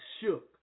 shook